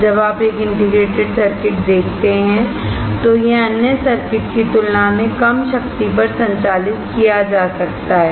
जब आप एक इंटीग्रेटेड सर्किट देखते हैं तो यह अन्य सर्किट की तुलना में कम शक्ति पर संचालित किया जा सकता है